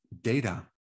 data